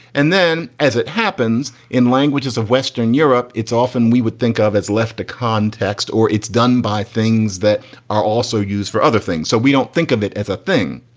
and then as it happens in languages of western europe, it's often we would think of as left a context or it's done by things that are also used for other things. so we don't think of it as a thing.